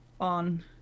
on